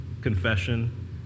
confession